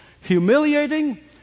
humiliating